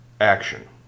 action